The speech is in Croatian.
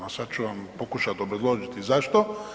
A sad ću vam pokušati obrazložiti zašto.